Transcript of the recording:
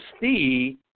see